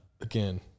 again